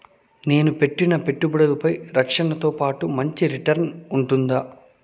నేను పెట్టిన పెట్టుబడులపై రక్షణతో పాటు మంచి రిటర్న్స్ ఉంటుందా?